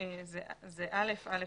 זה א(א1)